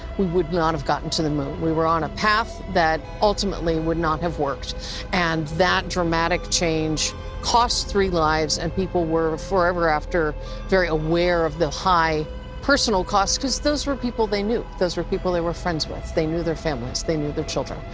we would not have gotten to the moon. we were on a path that ultimately would not have worked and that dramatic change cost three lives and people were forever after very aware of the high personal cost because those were people they knew. those were people they were friends with, they knew their families. they knew their children.